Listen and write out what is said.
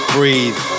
Breathe